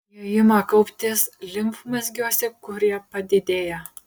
jie ima kauptis limfmazgiuose kurie padidėja